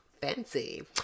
fancy